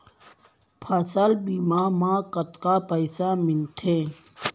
फसल बीमा म कतका पइसा मिलथे?